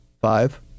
five